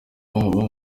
wabo